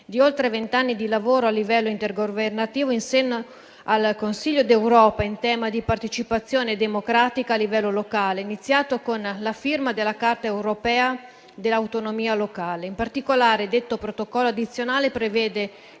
di oltre vent'anni di lavoro a livello intergovernativo in seno al Consiglio d'Europa in tema di partecipazione democratica a livello locale, iniziato con la firma della Carta europea dell'autonomia locale. In particolare, tale Protocollo addizionale prevede